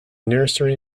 nursery